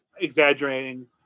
exaggerating